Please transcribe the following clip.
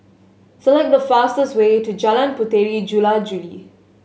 select the fastest way to Jalan Puteri Jula Juli